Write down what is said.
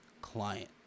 client